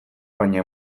baina